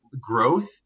Growth